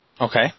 Okay